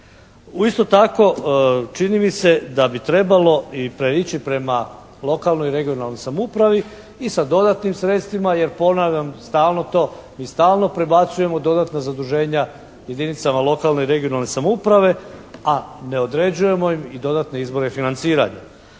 Isto tako čini mi se da bi trebalo ići prema lokalnoj i regionalnoj samoupravi i sa dodatnim sredstvima jer ponavljam stalno to mi stalno prebacujemo dodatna zaduženja jedinicama lokalne i regionalne samouprave, a ne određujemo im i dodatne izvore financiranja.